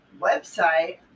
website